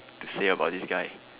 to say about this guy